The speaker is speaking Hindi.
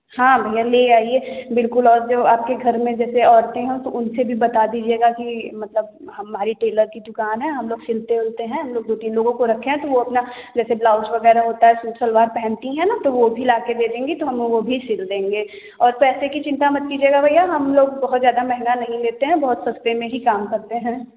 हाँ भैया ले आइए बिल्कुल और जो आपके घर में जैसे औरतें हैं तो उनसे भी बता दीजिएगा कि मतलब हमारी टेलर की दुकान है हम लोग सिलते विलते हैं हम लोग दो तीन लोगों को रखे हैं तो वो अपना जैसे ब्लाउज़ वगैरह होता है सूट सलवार पहनती हैं ना तो वो भी लाके दे देंगी तो हम वो भी सिल देंगे और पैसे की चिंता मत कीजिएगा भैया हम लोग बहुत ज़्यादा महँगा नहीं लेते हैं बहुत सस्ते में ही काम करते हैं